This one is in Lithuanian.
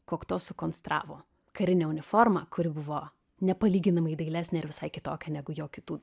kokto sukonstravo karinę uniformą kuri buvo nepalyginamai dailesnė ir visai kitokia negu jo kitų